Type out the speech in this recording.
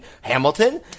Hamilton